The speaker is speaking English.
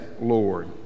Lord